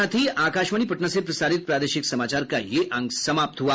इसके साथ ही आकाशवाणी पटना से प्रसारित प्रादेशिक समाचार का ये अंक समाप्त हुआ